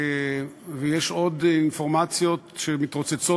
ויש עוד אינפורמציות שמתרוצצות,